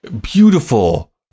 Beautiful